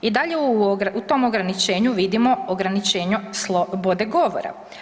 I dalje u tom ograničenju vidimo ograničenje slobode govora.